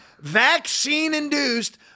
vaccine-induced